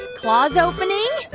claw's opening.